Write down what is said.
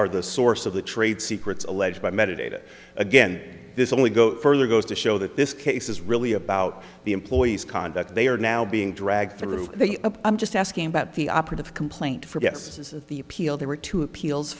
are the source of the trade secrets alleged by meditating again this only goes further goes to show that this case is really about the employees conduct they are now being dragged through the i'm just asking about the operative complaint forget this is the appeal there were two appeals